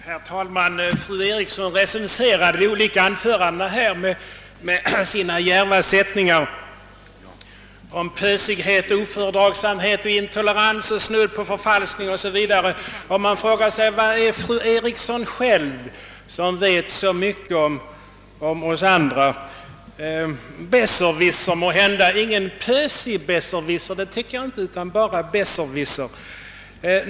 Herr talman! Fru Eriksson recenserade de olika anförandena här med sina djärva ord om pösighet, ofördragsamhet, intolerans, snudd på förfalskning o.s. v. Man frågar sig: Vem är fru Eriksson själv, som vet så mycket om oss andra? Besserwisser måhända — ingen pösig besserwisser, tycker jag, utan bara besserwisser.